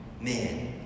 man